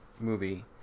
movie